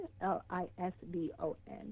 l-i-s-b-o-n